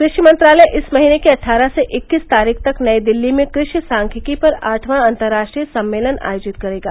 कृषि मंत्रालय इस महीने की अट्ठारह से इक्कीस तारीख तक नई दिल्ली में कृषि सांख्यिकी पर आठवां अंतर्राष्ट्रीय सम्मेलन आयोजित करेगा